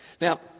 Now